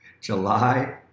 July